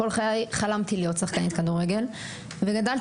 כל חיי חלמתי להיות שחקנית כדורגל וגדלתי